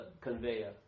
conveyor